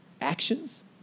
actions